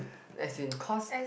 as in cause